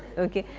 ok,